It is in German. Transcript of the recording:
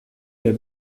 der